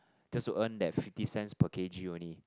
just to earn that fifty cents per kg only